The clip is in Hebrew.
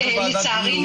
לצערי,